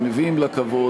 ומביאים לה כבוד,